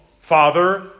father